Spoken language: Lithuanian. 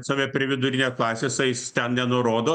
save prie vidurinės klasės tai jis ten nenurodo